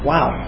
Wow